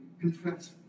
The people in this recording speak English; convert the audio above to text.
confess